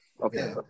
Okay